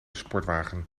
sportwagen